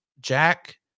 Jack